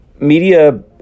media